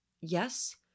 Yes